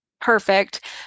perfect